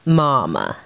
mama